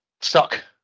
stuck